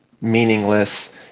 meaningless